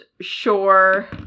sure